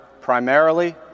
primarily